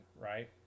right